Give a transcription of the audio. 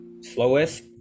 Slowest